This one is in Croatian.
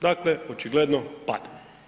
Dakle očigledno pada.